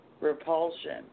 repulsion